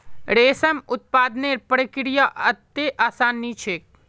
रेशम उत्पादनेर प्रक्रिया अत्ते आसान नी छेक